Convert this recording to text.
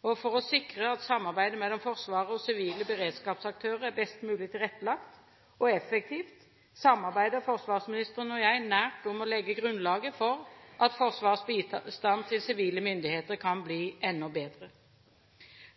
For å sikre at samarbeidet mellom Forsvaret og sivile beredskapsaktører er best mulig tilrettelagt og effektivt, samarbeider forsvarsministeren og jeg nært om å legge grunnlaget for at Forsvarets bistand til sivile myndigheter kan bli enda bedre.